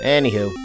Anywho